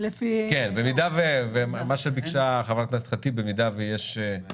עכשיו בואו נעשה סבב חברי כנסת, שאלות